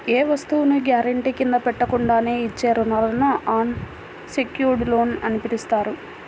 ఏ వస్తువును గ్యారెంటీ కింద పెట్టకుండానే ఇచ్చే రుణాలను అన్ సెక్యుర్డ్ లోన్లు అని పిలుస్తారు